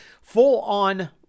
full-on